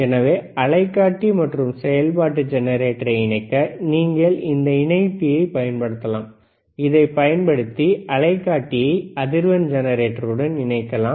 எனவே அலைக்காட்டி மற்றும் செயல்பாட்டு ஜெனரேட்டரை இணைக்க நீங்கள் இந்த இணைப்பியைப் பயன்படுத்தலாம் இதைப் பயன்படுத்தி அலைக்காட்டியை அதிர்வெண் ஜெனரேட்டருடன் இணைக்கலாம்